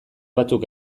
batzuk